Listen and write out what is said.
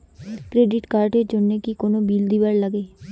Credit card এর জন্যে কি কোনো বিল দিবার লাগে?